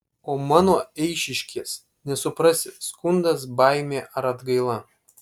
o mano eišiškės nesuprasi skundas baimė ar atgaila